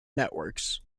networks